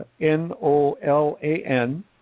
n-o-l-a-n